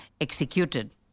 executed